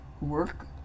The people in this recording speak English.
work